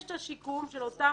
יש את השיקום של אותן